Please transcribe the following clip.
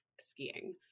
skiing